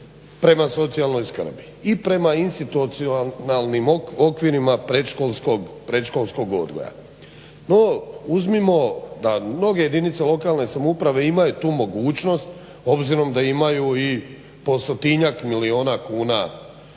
prema socijalnoj skrbi i prema institucionalnim okvirima predškolskog odgoja. No uzmimo da mnoge jedinice lokalne samouprave imaju tu mogućnost obzirom da imaju i po stotinjak milijuna kuna